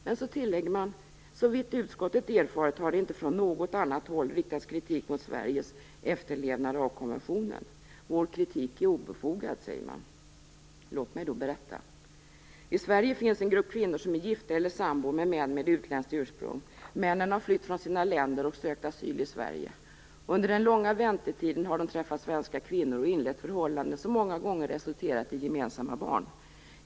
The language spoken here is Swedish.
Men så tillägger man: Såvitt utskottet erfarit har det inte från något annat håll riktats kritik mot Sveriges efterlevnad av konventionen. Vår kritik är obefogad, säger man. Låt mig då berätta! I Sverige finns en grupp kvinnor som är gifta eller sambor med män med utländskt ursprung. Männen har flytt från sina länder och sökt asyl i Sverige. Under den långa väntetiden har de träffat svenska kvinnor och inlett förhållanden som många gånger resulterat i gemensamma barn.